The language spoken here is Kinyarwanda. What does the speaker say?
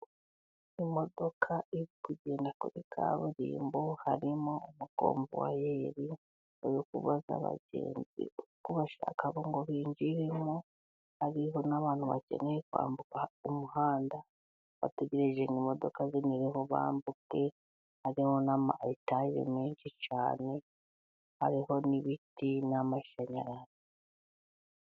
Imodoka iri kugenda kuri kaburimbo harimo umukomvuwayeri uri kubaza abagenzi ko bashaka ngo binjiremo, hariho n'abantu bakeneye kwambuka umuhanda bategereje ngo imodoka zinyureho bambuke, harimo n'amayetaje menshi cyane hariho n'ibiti n'amashanyarazi